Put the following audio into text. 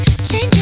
Change